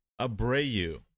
Abreu